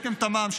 כתם תמ"ם,